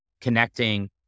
connecting